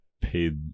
paid